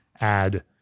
add